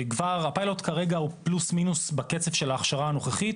הפיילוט כרגע הוא פלוס מינוס בקצב של ההכשרה הנוכחית,